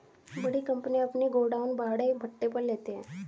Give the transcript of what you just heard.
बड़ी कंपनियां अपने गोडाउन भाड़े पट्टे पर लेते हैं